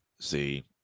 See